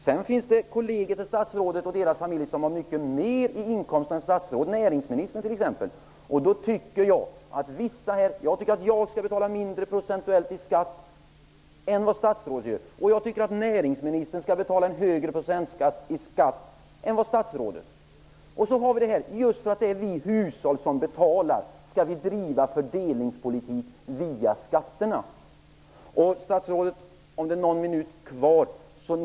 Sedan finns det kolleger till statsrådet och deras familjer som har mycket mer i inkomst än statsrådet, t.ex. näringsministern. Jag tycker att jag procentuellt skall betala mindre i skatt än vad statsrådet gör. Jag tycker att näringsministern skall betala en högre procentsats i skatt än vad statsrådet gör. Vi skall driva fördelningspolitik via skatterna just för att det är vi hushåll som betalar.